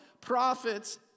Prophets